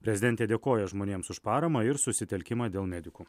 prezidentė dėkoja žmonėms už paramą ir susitelkimą dėl medikų